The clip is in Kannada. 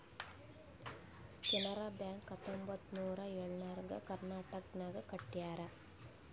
ಕೆನರಾ ಬ್ಯಾಂಕ್ ಹತ್ತೊಂಬತ್ತ್ ನೂರಾ ಎಳುರ್ನಾಗ್ ಕರ್ನಾಟಕನಾಗ್ ಕಟ್ಯಾರ್